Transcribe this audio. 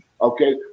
okay